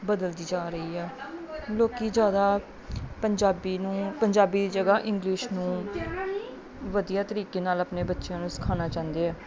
ਬਦਲਦੀ ਜਾ ਰਹੀ ਆ ਲੋਕ ਜ਼ਿਆਦਾ ਪੰਜਾਬੀ ਨੂੰ ਪੰਜਾਬੀ ਦੀ ਜਗ੍ਹਾ ਇੰਗਲਿਸ਼ ਨੂੰ ਵਧੀਆ ਤਰੀਕੇ ਨਾਲ ਆਪਣੇ ਬੱਚਿਆਂ ਨੂੰ ਸਿਖਾਉਣਾ ਚਾਹੁੰਦੇ ਆ